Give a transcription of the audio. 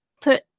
put